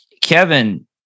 Kevin